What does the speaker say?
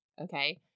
Okay